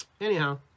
anyhow